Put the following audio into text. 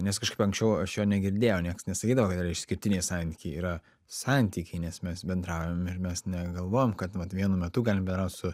nes kažkaip anksčiau aš jo negirdėjau nieks nesakydavo kad yra išskirtiniai santykiai yra santykiai nes mes bendraujam ir mes negalvojom kad vat vienu metu galim bendraut su